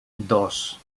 dos